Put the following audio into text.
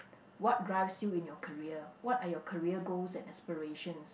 what drives you in your career what are your career goals and aspirations